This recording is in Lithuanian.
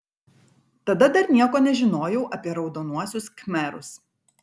tada dar nieko nežinojau apie raudonuosius khmerus